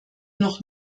noch